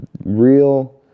real